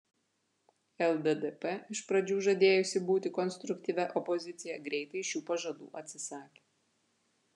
lddp iš pradžių žadėjusi būti konstruktyvia opozicija greitai šių pažadų atsisakė